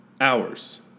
hours